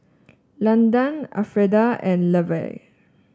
Landan Alfreda and Levar